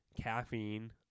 caffeine